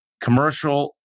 Commercial